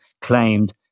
claimed